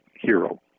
hero